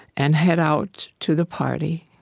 and head out to the party.